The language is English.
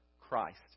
Christ